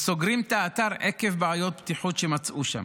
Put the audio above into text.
וסוגרים את האתר עקב בעיות בטיחות שמצאו שם.